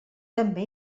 també